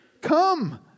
Come